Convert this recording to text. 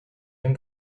him